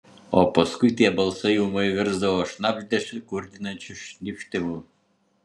o paskui tie balsai ūmai virsdavo šnabždesiu kurtinančiu šnypštimu